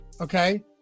okay